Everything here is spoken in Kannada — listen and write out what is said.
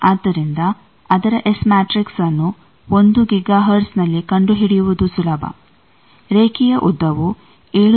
ಆದ್ದರಿಂದ ಅದರ ಎಸ್ ಮ್ಯಾಟ್ರಿಕ್ಸ್ನ್ನು 1ಗಿಗಾ ಹರ್ಟ್ಜ್ನಲ್ಲಿ ಕಂಡುಹಿಡಿಯುವುದು ಸುಲಭ ರೇಖೆಯ ಉದ್ದವು 7